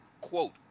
quote